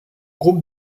groupe